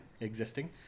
existing